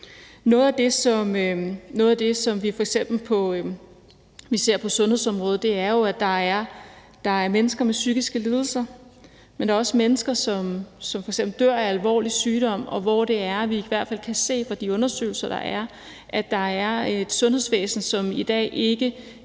Noget af det, som vi f.eks. ser på sundhedsområdet, er jo, at der er mennesker med psykiske lidelser. Men der er også mennesker, som f.eks. dør af alvorlig sygdom, og ud fra de undersøgelser, der er, kan vi i hvert fald se, at der er et sundhedsvæsen, som i dag ikke